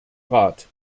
rat